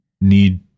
need